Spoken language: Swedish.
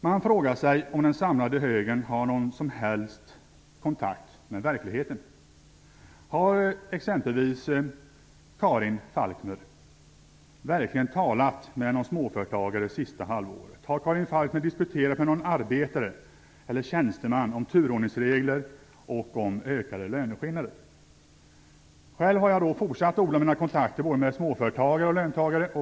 Man frågar sig om den samlade högern har någon som helst kontakt med verkligheten. Har t.ex. Karin Falkmer verkligen talat med någon småföretagare det sista halvåret? Har Karin Falkmer diskuterat med någon arbetare eller tjänsteman om turordningsregler och ökade löneskillnader? Själv har jag fortsatt att odla mina kontakter både med småföretagare och löntagare.